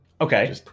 Okay